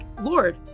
Lord